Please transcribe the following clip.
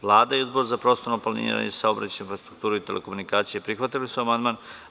Vlada i Odbor za prostorno planiranje, saobraćaj, infrastrukturu i telekomunikacije prihvatili su amandman.